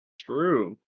True